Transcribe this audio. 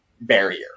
barrier